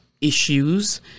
issues